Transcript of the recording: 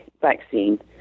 vaccine